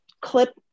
clip